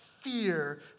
fear